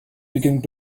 became